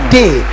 day